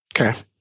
Okay